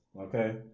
Okay